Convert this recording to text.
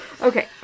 okay